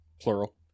Plural